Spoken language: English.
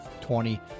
twenty